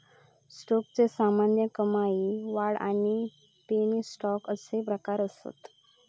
स्टॉकचे सामान्य, कमाई, वाढ आणि पेनी स्टॉक अशे प्रकार असत